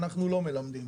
אנחנו לא מלמדים.